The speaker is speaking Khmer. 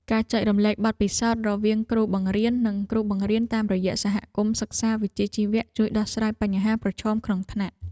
ការចែករំលែកបទពិសោធន៍រវាងគ្រូបង្រៀននិងគ្រូបង្រៀនតាមរយៈសហគមន៍សិក្សាវិជ្ជាជីវៈជួយដោះស្រាយបញ្ហាប្រឈមក្នុងថ្នាក់។